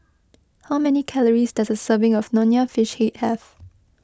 how many calories does a serving of Nonya Fish Head have